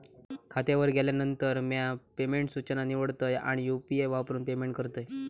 खात्यावर गेल्यानंतर, म्या पेमेंट सूचना निवडतय आणि यू.पी.आई वापरून पेमेंट करतय